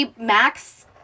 Max